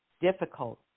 difficult